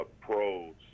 pro's